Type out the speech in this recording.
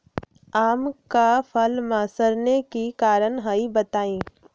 आम क फल म सरने कि कारण हई बताई?